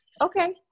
okay